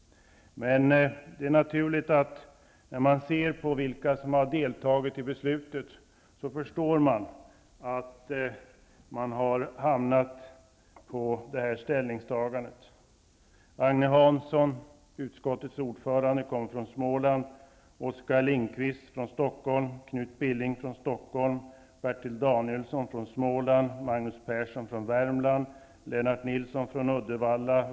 Med tanke på vilka som har deltagit i beslutet, är det förståeligt att utskottet har kommit fram till detta ställningstagande. Agne Hansson, utskottets ordförande, kommer från Småland. Oskar Lindkvist och Knut Billing kommer från Stockholm. Bertil Danielsson kommer från Småland. Magnus Persson kommer från Värmland. Lennart Nilsson kommer från Uddevalla.